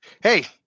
Hey